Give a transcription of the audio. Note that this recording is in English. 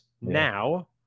now